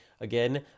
Again